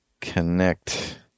connect